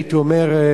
הייתי אומר,